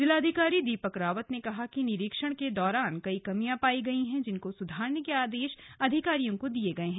जिलाधिकारी दीपक रावत ने कहा कि निरीक्षण के दौरान कई कमियां पाई गई है जिनको सुधारने के आदेश अधिकारियों को दिये गए हैं